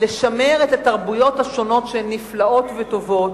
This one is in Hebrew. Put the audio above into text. לשמר את התרבויות השונות, שהן נפלאות וטובות,